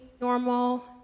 normal